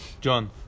John